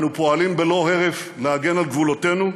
אנו פועלים בלא הרף להגן על גבולותינו,